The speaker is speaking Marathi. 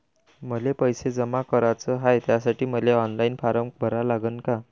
मले पैसे जमा कराच हाय, त्यासाठी मले ऑनलाईन फारम भरा लागन का?